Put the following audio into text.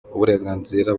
uburenganzira